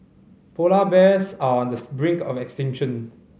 polar bears are on the brink of extinction